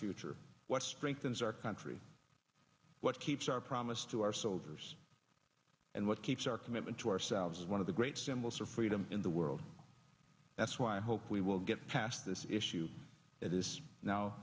future what strengthens our country what keeps our promise to our soldiers and what keeps our commitment to ourselves is one of the great symbols for freedom in the world that's why i hope we will get past this issue that is now